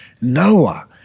Noah